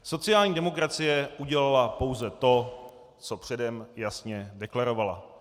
Sociální demokracie udělala pouze to, co předem jasně deklarovala.